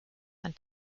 and